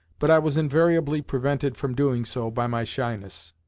but i was invariably prevented from doing so by my shyness.